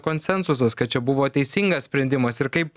konsensusas kad čia buvo teisingas sprendimas ir kaip